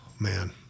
man